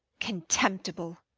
contemptible!